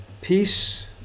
peace